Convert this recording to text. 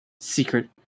secret